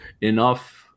enough